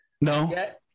No